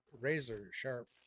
razor-sharp